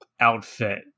outfit